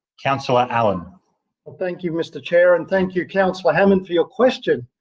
councillor allan but thank you, mr chair, and thank you, councillor hammond, for your question.